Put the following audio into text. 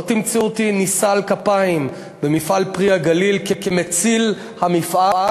לא תמצאו אותי נישא על כפיים במפעל "פרי הגליל" כמציל המפעל,